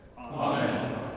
Amen